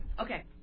Okay